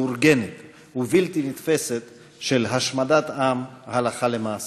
מאורגנת ובלתי נתפסת של השמדת עם הלכה למעשה.